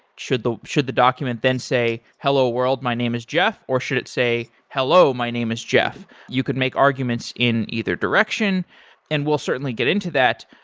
should the should the document then say, hello world. my name is jeff, or should it say, hello. my name is jeff. you could make arguments in either direction and we'll certainly get into that.